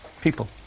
people